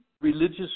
religious